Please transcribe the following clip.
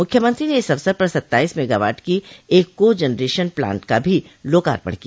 मुख्यमंत्री ने इस अवसर पर सत्ताईस मेगावाट की एक को जनरेशन प्लांट का भी लोकार्पण किया